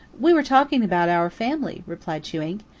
we were talking about our family, replied chewink.